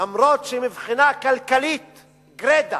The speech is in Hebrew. אף שמבחינה כלכלית גרידא,